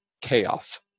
chaos